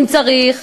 אם צריך,